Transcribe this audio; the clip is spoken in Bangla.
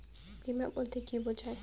বিমা বলতে কি বোঝায়?